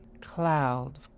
cloud